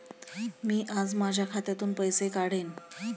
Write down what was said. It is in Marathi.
मी आज माझ्या खात्यातून पैसे काढेन